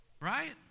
Right